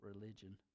religion